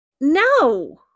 No